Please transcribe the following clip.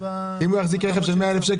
אם הוא יחזיק רכב של 100,000 שקל,